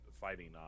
fighting